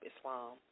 Islam